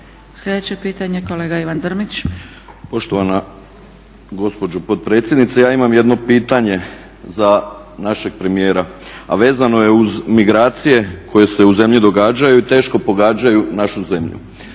Sljedeće pitanje kolega Ivan Drmić. **Drmić, Ivan (HDSSB)** Poštovana gospođo potpredsjednice, ja imam jedno pitanje za našeg premijera, a vezano je uz migracije koje se u zemlji događaju i teško pogađaju našu zemlju.